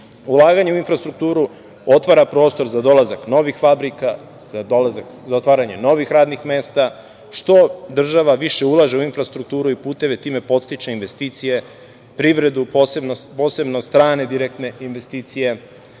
Ulaganja u infrastrukturu otvara prostor za dolazak novih fabrika, za otvaranje novih radnih mesta, što država više ulaže u infrastrukturu i puteve, time podstiče investicije, privredu, posebno strane direktne investicije,